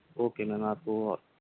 okay ma'am آپ کو